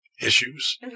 issues